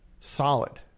solid